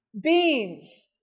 beans